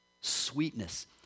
sweetness